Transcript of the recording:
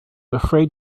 afraid